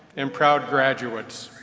and proud graduates,